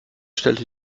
stellte